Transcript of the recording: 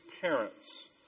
parents